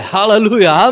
Hallelujah